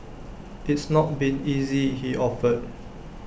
it's not been easy he offered